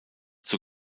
zur